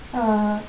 uh